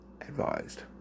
advised